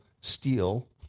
steal